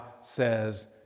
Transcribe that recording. says